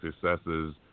successes